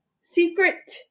secret